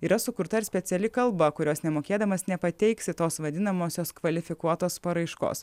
yra sukurta ir speciali kalba kurios nemokėdamas nepateiksi tos vadinamosios kvalifikuotos paraiškos